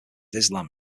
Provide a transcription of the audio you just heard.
islam